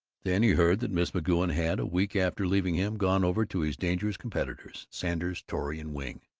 then he heard that miss mcgoun had, a week after leaving him, gone over to his dangerous competitors, sanders, torrey and wing.